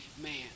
man